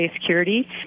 Security